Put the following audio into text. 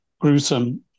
gruesome